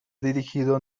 dirigido